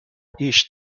each